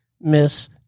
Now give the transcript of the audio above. Miss